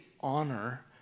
honor